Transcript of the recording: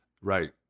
Right